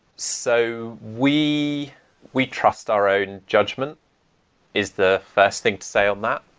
so we we trust our own judgment is the first thing to say on that.